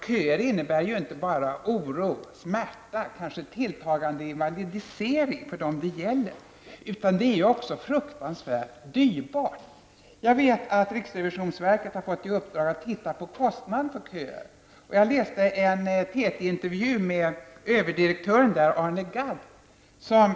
Köer innebär inte bara oro, smärta och kanske tilltagande invalidisering för dem som det gäller, utan det är också fruktansvärt dyrbart med köer. Jag vet att riksrevisionsverket har fått i uppdrag att titta på kostnaderna för köerna. Jag läste en TT-intervju med överdirektören på riksrevisionsverket Arne Gadd.